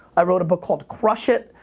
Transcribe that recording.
i wrote a book called crush it!